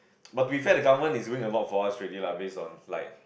but beside the government is doing a lot for us already lah base on like